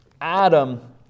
Adam